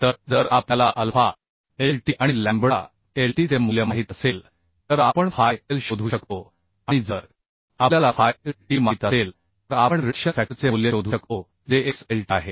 तर जर आपल्याला अल्फा lt आणि लॅम्बडा एलटीचे मूल्य माहित असेल तर आपण फाय lt शोधू शकतो आणि जर आपल्याला फाय lt माहित असेल तर आपण रिडक्शन फॅक्टरचे मूल्य शोधू शकतो जे x एलटी आहे